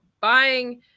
buying